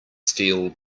steel